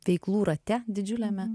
veiklų rate didžiuliame